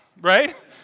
right